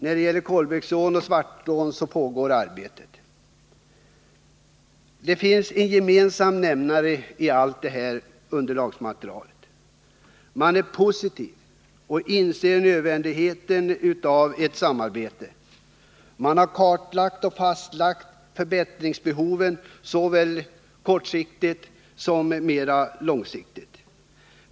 För Kolbäcksån och Svartån pågår arbete. Det finns en gemensam nämnare i allt detta underlagsmaterial: man är positiv till och inser nödvändigheten av ett samarbete. Man har kartlagt och fastlagt förbättringsbehoven, såväl kortsiktigt som mera långsiktigt.